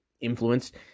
influenced